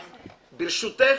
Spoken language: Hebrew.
ברשותך,